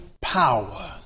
Power